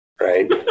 Right